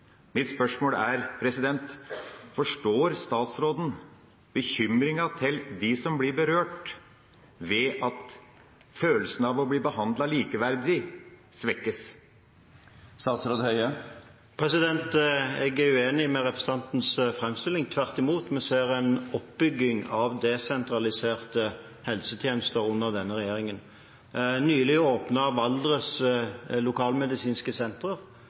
Mitt spørsmål er: Forstår statsråden bekymringa til dem som blir berørt, ved at følelsen av å bli behandlet likeverdig svekkes? Jeg er uenig i representantens framstilling. Tvert imot ser vi en oppbygging av desentraliserte helsetjenester under denne regjeringen. Nylig åpnet Valdres Lokalmedisinske